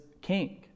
king